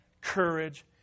courage